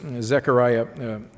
Zechariah